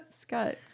Scott